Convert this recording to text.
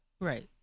Right